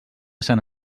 sant